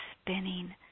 spinning